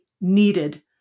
needed